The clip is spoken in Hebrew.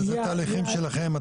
זה תהליכים שלכם.